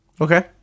Okay